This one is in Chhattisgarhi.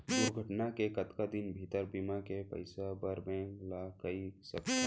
दुर्घटना के कतका दिन भीतर बीमा के पइसा बर बैंक ल कई सकथन?